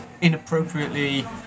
inappropriately